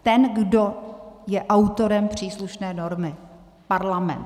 Ten, kdo je autorem příslušné normy Parlament.